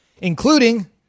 including